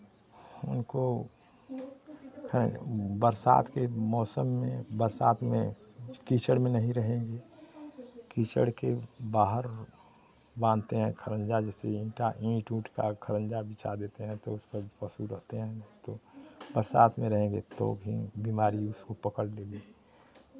उनको है बरसात के मौसम में बरसात में कीचड़ में नहीं रहेंगे कीचड़ के बाहर बांधते हैं खरंजा जैसे ईंटा ईंट उंट का खरंजा बिछा देते हैं तो उस पर पशु रहते हैं तो बरसात में रहेंगे तो भी बीमारी उसको पकड़ लेगी